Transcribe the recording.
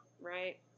Right